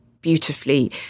beautifully